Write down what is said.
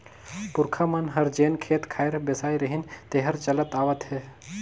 पूरखा मन हर जेन खेत खार बेसाय रिहिन तेहर चलत आवत हे